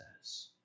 says